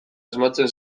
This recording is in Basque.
asmatzen